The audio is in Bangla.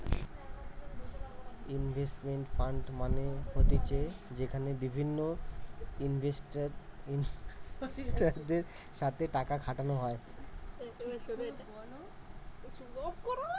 ইনভেস্টমেন্ট ফান্ড মানে হতিছে যেখানে বিভিন্ন ইনভেস্টরদের সাথে টাকা খাটানো হয়